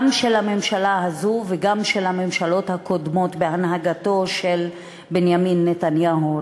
גם של הממשלה הזו וגם של הממשלות הקודמות בהנהגתו של בנימין נתניהו,